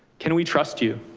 can we trust you?